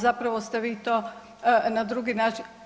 Zapravo ste vi to na drugi način.